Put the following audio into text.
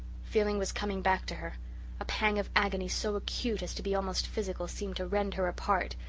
feeling was coming back to her a pang of agony so acute as to be almost physical seemed to rend her apart.